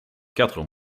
quatre